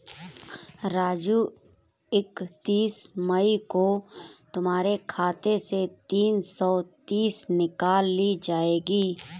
राजू इकतीस मई को तुम्हारे खाते से तीन सौ तीस निकाल ली जाएगी